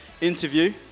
interview